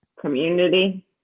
Community